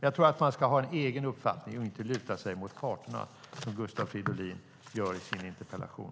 Jag tror att man ska ha en egen uppfattning och inte luta sig mot parterna, som Gustav Fridolin gör i sin interpellation.